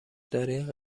دارین